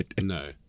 no